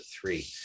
three